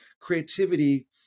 creativity